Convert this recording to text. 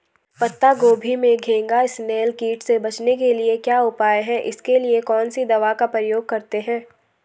पत्ता गोभी में घैंघा इसनैल कीट से बचने के क्या उपाय हैं इसके लिए कौन सी दवा का प्रयोग करते हैं?